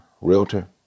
realtor